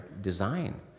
design